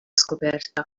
scoperta